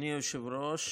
אדוני היושב-ראש,